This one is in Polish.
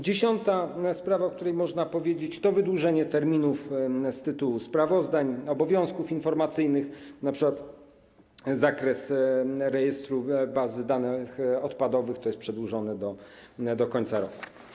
Dziesiąta sprawa, o której można powiedzieć, to wydłużenie terminów z tytułu sprawozdań, obowiązków informacyjnych, np. zakres rejestru bazy danych odpadowych - to jest przedłużone do końca roku.